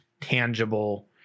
tangible